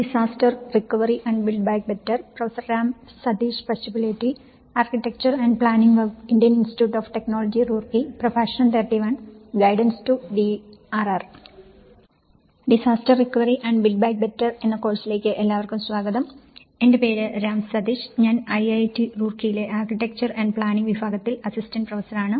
disaster recovery and build back better എന്ന കോഴ്സിലേക്ക് എല്ലാവർക്കും സ്വാഗതം എന്റെ പേര് രാം സതീഷ് ഞാൻ ഐഐടി റൂർക്കിയിലെ ആർക്കിടെക്ചർ ആന്റ് പ്ലാനിംഗ് വിഭാഗത്തിൽ അസിസ്റ്റന്റ് പ്രൊഫസറാണ്